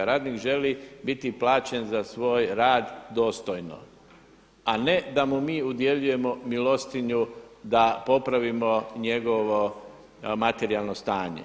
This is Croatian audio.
Radnik želi biti plaćen za svoj rad dostojno, a ne da mu mi udjeljujemo milostinju da popravimo njegovo materijalno stanje.